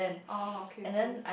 orh okay okay